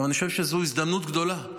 אני חושב שזו הזדמנות גדולה.